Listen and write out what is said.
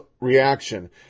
reaction